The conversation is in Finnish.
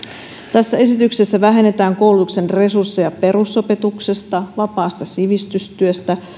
tässä esityksessä vähennetään koulutuksen resursseja perusopetuksesta vapaasta sivistystyöstä